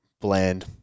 bland